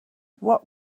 what